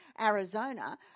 Arizona